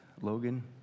Logan